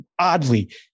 Oddly